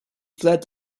fled